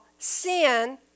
sin